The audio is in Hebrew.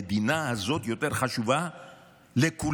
המדינה הזאת יותר חשובה לכולנו,